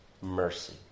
mercy